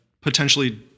potentially